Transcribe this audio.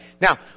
Now